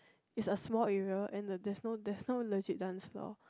is a small area and there's no there's no legit dance floor